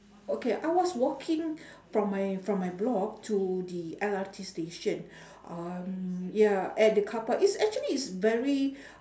okay I was waking from my from my block to the L_R_T station um ya at car park is actually is very